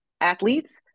athletes